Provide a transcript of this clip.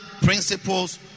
principles